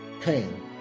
pain